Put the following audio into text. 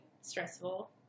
stressful